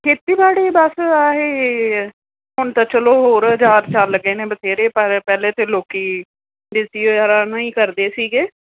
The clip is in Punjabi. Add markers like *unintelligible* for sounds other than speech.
ਖੇਤੀਬਾੜੀ ਬੱਸ ਆਹੀ ਹੁਣ ਤਾਂ ਚਲੋ ਹੋਰ ਔਜ਼ਾਰ ਚੱਲ ਗਏ ਨੇ ਬਥੇਰੇ ਪਰ ਪਹਿਲਾਂ ਤਾਂ ਲੋਕ *unintelligible* ਵਗੈਰਾ ਨਾਲ ਹੀ ਕਰਦੇ ਸੀਗੇ